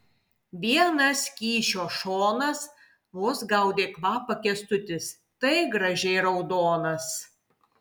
vienas kyšio šonas vos gaudė kvapą kęstutis tai gražiai raudonas